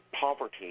poverty